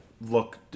look